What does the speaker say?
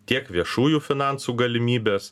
tiek viešųjų finansų galimybės